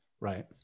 Right